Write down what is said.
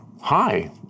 Hi